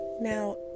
now